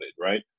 right